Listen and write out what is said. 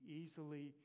easily